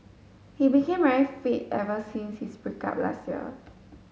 he became very fit ever since his break up last year